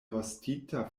rostita